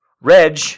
Reg